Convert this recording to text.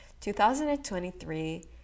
2023